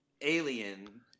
alien